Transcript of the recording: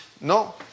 No